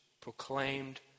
proclaimed